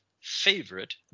favorite